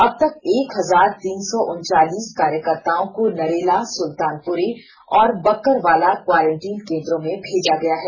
अब तक एक हजार तीन सौ उनचालीस कार्यकर्ताओं को नरेला सुल्तानपुरी और बक्करवाला क्वारेंटीन केन्द्रों में भेजा गया है